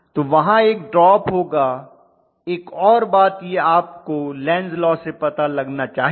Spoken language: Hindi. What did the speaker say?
तो वहां एक ड्रॉप होगा एक और बात यह आपको लेनज़ लॉ Lenz's law से पता लगना चाहिए